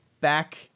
back